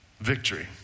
victory